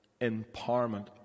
empowerment